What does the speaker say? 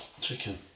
Chicken